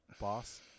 Boss